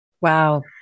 Wow